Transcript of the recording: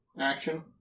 action